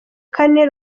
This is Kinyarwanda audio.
kane